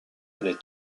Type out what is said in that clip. les